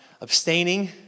abstaining